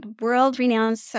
world-renowned